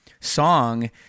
song